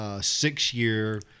six-year